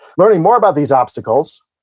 learning more about these obstacles,